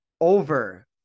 over